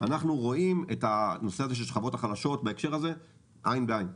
אנחנו רואים את השכבות החלשות בהקשר הזה עין בעין.